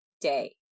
day